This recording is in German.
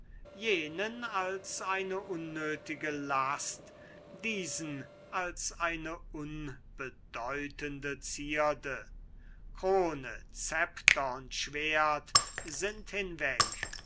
jenen als eine unnötige last diesen als eine unbedeutende zierde krone zepter und schwert sind hinweg